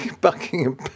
Buckingham